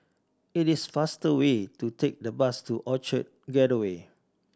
it is faster way to take the bus to Orchard Gateway